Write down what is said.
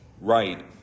right